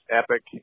epic